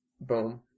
Boom